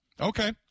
Okay